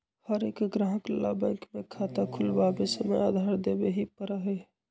हर एक ग्राहक ला बैंक में खाता खुलवावे समय आधार देवे ही पड़ा हई